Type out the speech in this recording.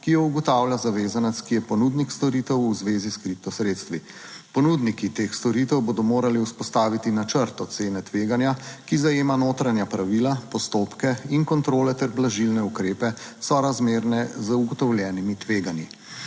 ki jo ugotavlja zavezanec, ki je ponudnik storitev v zvezi s kripto sredstvi. Ponudniki teh storitev bodo morali vzpostaviti načrt ocene tveganja, ki zajema notranja pravila, postopke in kontrole ter blažilne ukrepe, sorazmerne z ugotovljenimi tveganji.